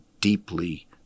deeply